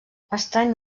estrany